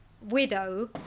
widow